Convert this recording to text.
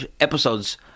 episodes